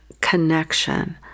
connection